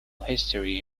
history